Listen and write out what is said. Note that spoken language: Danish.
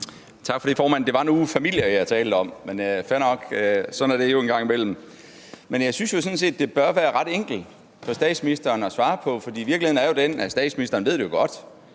Tak for det, formand. Det var nu familier, jeg talte om, men fair nok, sådan er det jo en gang imellem. Jeg synes sådan set, at det bør være ret enkelt for statsministeren at svare på, for virkeligheden er jo den, at statsministeren godt ved det.